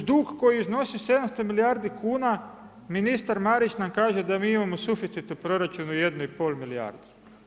Uz dug koji iznosi 7 milijardi kuna ministar Marić nam kaže da mi imamo suficit u proračunu 1 i pol milijardu.